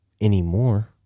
anymore